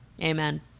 Amen